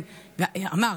מקדמים,